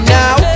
now